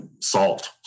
salt